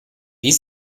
wie